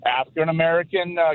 African-American